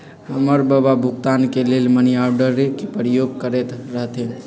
हमर बबा भुगतान के लेल मनीआर्डरे के प्रयोग करैत रहथिन